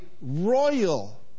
royal